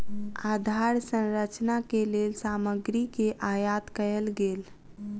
आधार संरचना के लेल सामग्री के आयत कयल गेल